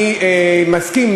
אני מסכים,